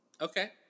Okay